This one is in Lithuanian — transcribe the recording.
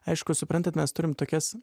aišku suprantat mes turim tokias